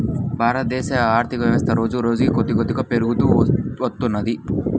భారతదేశ ఆర్ధికవ్యవస్థ రోజురోజుకీ కొద్దికొద్దిగా పెరుగుతూ వత్తున్నది